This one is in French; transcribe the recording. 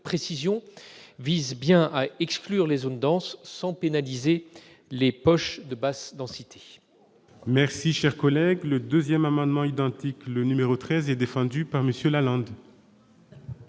précision vise bien à exclure les zones denses sans pénaliser les poches de basse densité.